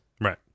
right